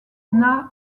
nunavut